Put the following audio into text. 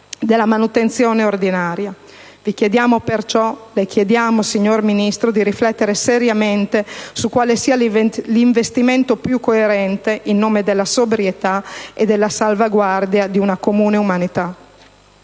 alla gestione ordinaria. Vi chiediamo perciò - lo chiediamo a lei, signor Ministro - di riflettere seriamente su quale sia l'investimento più coerente in nome della sobrietà e della salvaguardia di una comune umanità.